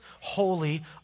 holy